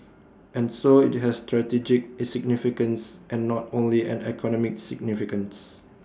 and so IT has strategic A significance and not only an economic significance